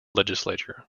legislature